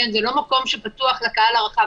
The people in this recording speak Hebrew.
זה לא מקום שהוא פתוח לקהל הרחב,